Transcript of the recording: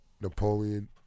Napoleon